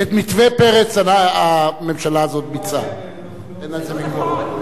את מתווה פרץ הממשלה הזאת ביצעה, אין על זה ויכוח.